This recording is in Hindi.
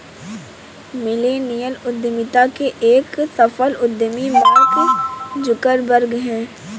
मिलेनियल उद्यमिता के एक सफल उद्यमी मार्क जुकरबर्ग हैं